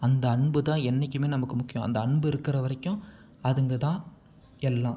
அந்த அன்பு தான் என்றைக்குமே நமக்கு முக்கியம் அந்த அன்பு இருக்கிற வரைக்கும் அதுங்க தான் எல்லாம்